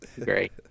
great